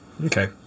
Okay